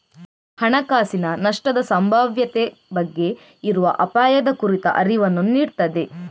ಹಣಕಾಸಿನ ನಷ್ಟದ ಸಂಭಾವ್ಯತೆ ಬಗ್ಗೆ ಇರುವ ಅಪಾಯದ ಕುರಿತ ಅರಿವನ್ನ ನೀಡ್ತದೆ